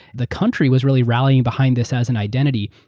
the country was really rallying behind this as an identity.